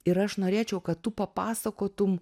ir aš norėčiau kad tu papasakotum